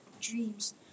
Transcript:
dreams